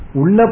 Ulla